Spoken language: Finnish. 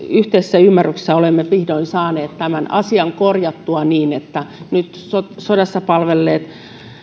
yhteisessä ymmärryksessä olemme vihdoin saaneet tämän asian korjattua niin että nyt sodassa palvelleet